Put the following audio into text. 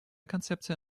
концепция